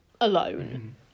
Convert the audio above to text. alone